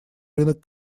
рынок